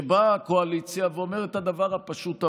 באה הקואליציה ואומרת את הדבר הפשוט הבא: